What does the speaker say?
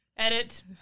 Edit